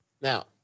Now